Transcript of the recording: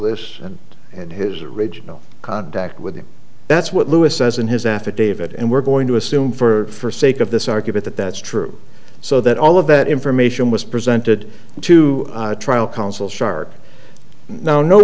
this and his original contact with him that's what lewis says in his affidavit and we're going to assume for sake of this argument that that's true so that all of that information was presented to trial counsel shark no no